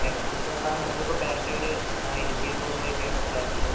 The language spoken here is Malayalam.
നമുക്കിപ്പോൾ പെർ ഡേ ഒരു ആയിരത്തി എണ്ണൂറ് രൂപയൊക്കെയാണ് ചാർജ് ചെയ്യുക